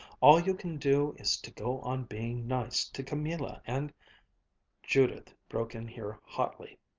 all you can do is to go on being nice to camilla and judith broke in here hotly,